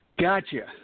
Gotcha